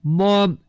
mom